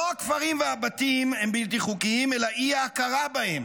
לא הכפרים והבתים הם בלתי חוקיים אלא האי-הכרה בהם